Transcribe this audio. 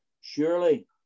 surely